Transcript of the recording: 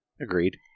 Agreed